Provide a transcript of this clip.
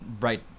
right